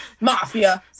Mafia